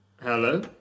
Hello